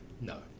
No